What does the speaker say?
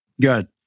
good